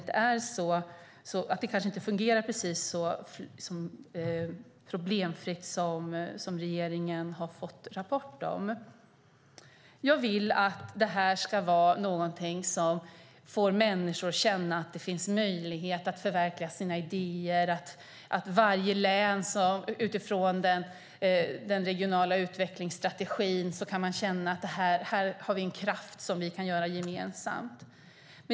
Det kanske inte fungerar precis så problemfritt som regeringen har fått rapport om. Jag vill att detta ska vara någonting som får människor att känna att det finns möjlighet att förverkliga sina idéer. Varje län ska utifrån den regionala utvecklingsstrategin känna att man har en kraft att göra saker gemensamt.